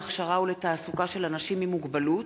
להכשרה ולתעסוקה של אנשים עם מוגבלות),